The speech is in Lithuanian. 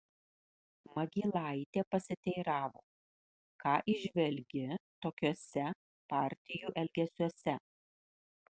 magylaitė pasiteiravo ką įžvelgi tokiuose partijų elgesiuose